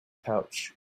pouch